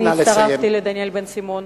אני הצטרפתי לדניאל בן-סימון,